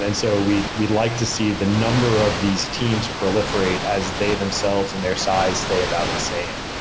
and so we'd we'd like to see the number of these teams proliferate as they themselves and their size stay about the same.